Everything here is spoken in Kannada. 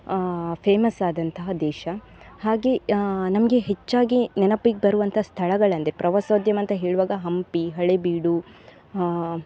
ಫೇಮಸ್ ಆದಂತಹ ದೇಶ ಹಾಗೇ ನಮಗೆ ಹೆಚ್ಚಾಗಿ ನೆನಪಿಗೆ ಬರುವಂಥ ಸ್ಥಳಗಳಂದರೆ ಪ್ರವಾಸೋದ್ಯಮಂತ ಹೇಳುವಾಗ ಹಂಪಿ ಹಳೆಬೀಡು